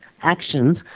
actions